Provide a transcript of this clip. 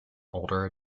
older